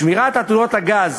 שמירת עתודות הגז